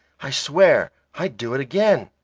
i swear i'd do it again.